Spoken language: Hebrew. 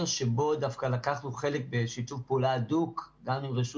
שדווקא לקחנו בו חלק בשיתוף פעולה הדוק גם עם רשות